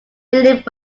philip